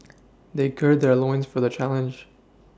they gird their loins for the challenge